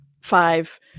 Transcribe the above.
five